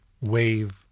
wave